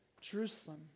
Jerusalem